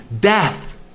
death